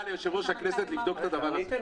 ליושב-ראש הכנסת לבדוק את הדבר הזה.